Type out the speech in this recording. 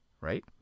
right